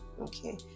okay